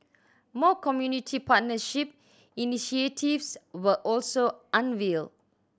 more community partnership initiatives were also unveiled